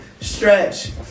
Stretch